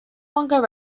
longer